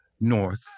north